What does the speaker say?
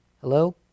Hello